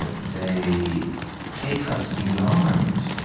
ah they take us beyond